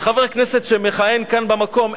זה חבר כנסת שמכהן כאן במקום,